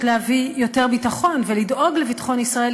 להביא יותר ביטחון ולדאוג לביטחון ישראל,